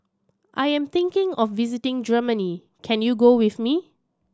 I am thinking of visiting Germany can you go with me